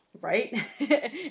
Right